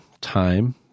time